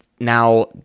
now